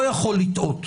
לא יכול לטעות.